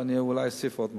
ואני אולי אוסיף עוד משהו.